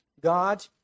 God